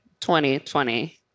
2020